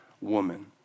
woman